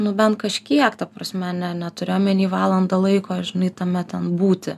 nu bent kažkiek ta prasme ne neturiu omeny valandą laiko žinai tame ten būti